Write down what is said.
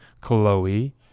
Chloe